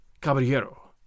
Caballero